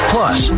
Plus